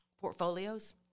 portfolios